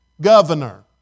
governor